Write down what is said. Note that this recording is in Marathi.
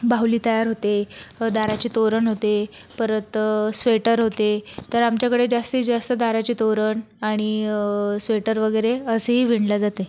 बाहुली तयार होते दाराचे तोरण होते परत स्वेटर होते तर आमच्याकडे जास्तीजास्त दाराचे तोरण आणि स्वेटर वगैरे असेही विणल्या जाते